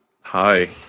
Hi